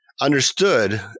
understood